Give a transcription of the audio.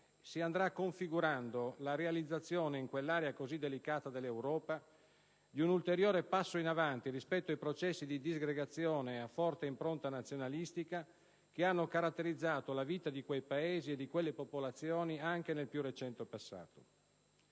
si andrà configurando la realizzazione in quell'area così delicata dell'Europa di un ulteriore passo in avanti rispetto ai processi di disgregazione a forte impronta nazionalistica, che hanno caratterizzato la vita di quei Paesi e di quelle popolazioni anche nel più recente passato.